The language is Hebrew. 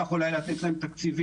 צריך אולי לתת להם תקציבים.